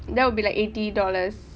that will be like eighty dollars